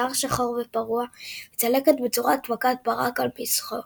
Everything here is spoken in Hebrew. שיער שחור פרוע וצלקת בצורת מכת ברק על מצחו.